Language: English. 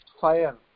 fire